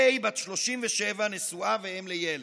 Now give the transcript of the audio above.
ה', בת 37, נשואה ואם לילד.